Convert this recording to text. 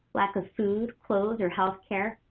lack of food, clothes, or health care,